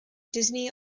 disney